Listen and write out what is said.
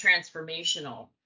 transformational